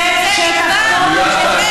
לא שטח כבוש.